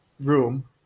room